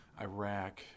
Iraq